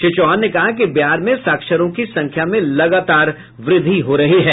श्री चौहान ने कहा कि बिहार में साक्षरों की संख्या में लगातार वृद्धि हो रही है